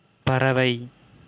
பறவை